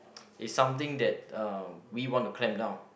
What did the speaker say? is something that uh we want to clamp down